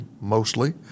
mostly